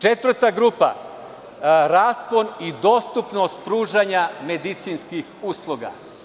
Četvrta grupa, raspon i dostupnost pružanja medicinskih usluga.